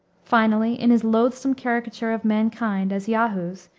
finally, in his loathsome caricature of mankind, as yahoos,